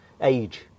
age